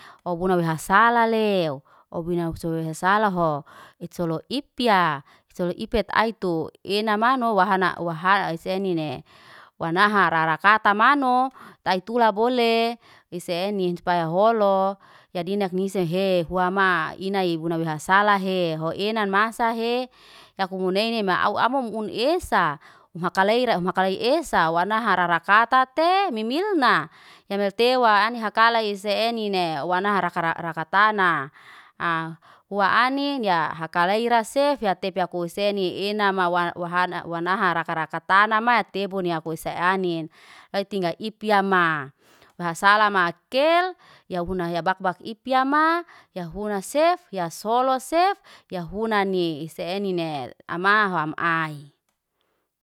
Owuna wiha salaleuw, owina suluwes salaho, itsolo ipia. Itsolo ipia atai tu enamano wahana wahan esenine. Wanaha rarakartamano, taitula bolee. Wiseni supaya holo, ya dinek nisahe hua ma inay bunai wihasala he. Ho enan masa he, yakumuneine mauk amum un esa. Hum hakali ra, hum hakalai esa. Wanaha rarakarta te mimilna, yamal tewa ani haka esi enine. Wanaha rakraka tana, a hua anim ya haka leirasef, ya tepya kuiseni inama wahana wanaha raka raka tanama, tepunia kuisanin. Laitinga ipyama, bahasamakel, ya hunahya bakbak ipyama, ya hunasef, ya solosef, ya hunani, isenine ama hamai.